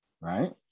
Right